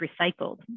recycled